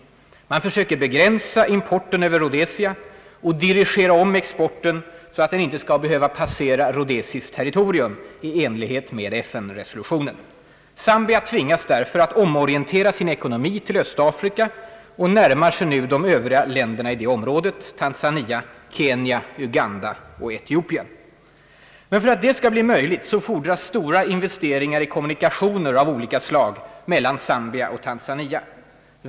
Man försöker begränsa importen över Rhodesia och dirigera om exporten så att den inte skall behöva passera rhodesiskt territorium i enlighet med FN:s resolutioner. Zambia tvingas därför att omorientera sin ekonomi till Östafrika och närmar sig nu de övriga länderna i detta område: Tanzania, Kenya, Uganda och Etiopien. Men för att det skall bli möj ligt fordras stora investeringar i kommunikationer av olika slag mellan Zambia och Tanzania.